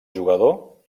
jugador